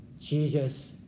Jesus